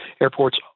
airports